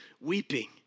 weeping